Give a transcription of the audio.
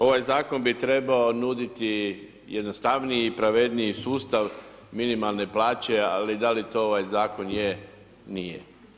Ovaj Zakon bi trebao nuditi jednostavniji i pravedniji sustav minimalne plaće, ali da li to ovaj Zakon je, nije.